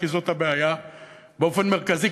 כי זאת הבעיה באופן מרכזי.